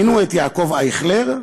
מינו את יעקב אייכלר,